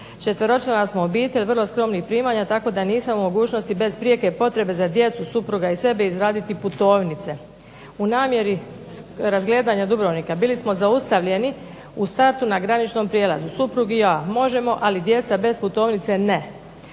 četveročlana smo obitelj, vrlo skromnih primanja tako da nisam u mogućnosti bez prijeke potrebe za djecu, supruga i sebe izraditi putovnice, u namjeri razgledanja Dubrovnika bili smo zaustavljeni u startu na graničnom prijelazu, suprug i ja možemo, ali djeca bez putovnice ne.